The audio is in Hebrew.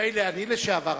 מילא אני לשעבר,